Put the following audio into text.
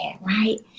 right